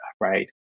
right